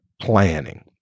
planning